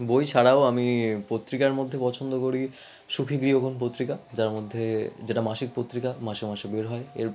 বই ছাড়াও আমি পত্রিকার মধ্যে পছন্দ করি সুখী গৃহকোণ পত্রিকা যার মধ্যে যেটা মাসিক পত্রিকা মাসে মাসে বের হয় এর